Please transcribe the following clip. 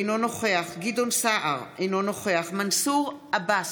אינו נוכח גדעון סער, אינו נוכח מנסור עבאס,